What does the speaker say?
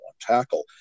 tackle